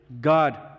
God